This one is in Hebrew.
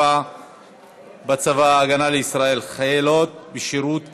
בצבא ההגנה לישראל (חיילות בשירות קבע)